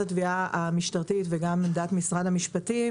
התביעה המשטרתית וגם עמדת משרד המשפטים